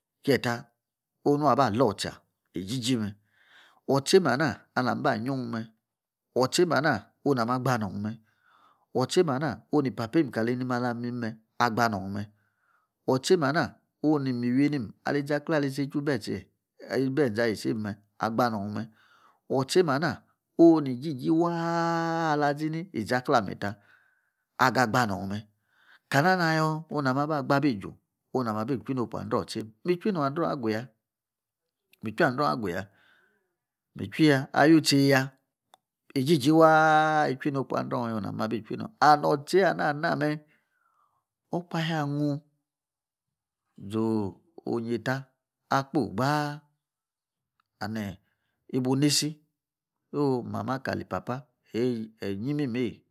kieta. no onu aba anyii otsa egigi me otsa me ana ali maba anyiume. otsamm onu na ma gbanor me. otsamm ana anu papeim kali enim ala mime agba nam me otsamm ana unu miweni ali se chu ibetse ayisaim me agba num me otsa em ana onu gigi waa ala sini iȝaklee ami ta aga gbanar me kana na yor ala ma gba abi ju onu mabi ichui-nopu adutsa mme mi-chuinor adung agu ya. mi-chuinor agu ya mi chui ya alutse ya gigi waa ichui nopu adung ya onu na ma abiichuina and otsie ana me okpahe angung ȝo onye ta akpoi gbaa and ibu nisi oh! mama kali papa ayi yin imimei